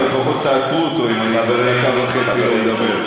אבל לפחות תעצרו אותו אם אני דקה וחצי לא מדבר.